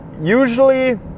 Usually